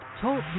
Talk